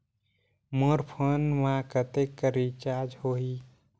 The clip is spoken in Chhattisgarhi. मोर फोन मा कतेक कर रिचार्ज हो ही?